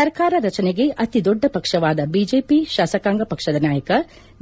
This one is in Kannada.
ಸರ್ಕಾರ ರಚನೆಗೆ ಅತಿ ದೊಡ್ಡ ಪಕ್ಷವಾದ ಬಿಜೆಪಿ ಶಾಸಕಾಂಗ ಪಕ್ಷದ ನಾಯಕ